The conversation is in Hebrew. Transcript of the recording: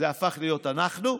זה הפך להיות "אנחנו",